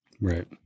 Right